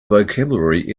vocabulary